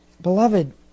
Beloved